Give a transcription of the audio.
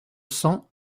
cents